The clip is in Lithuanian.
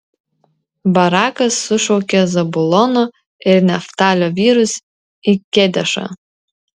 barakas sušaukė zabulono ir neftalio vyrus į kedešą